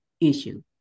issue